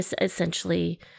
essentially